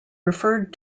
referred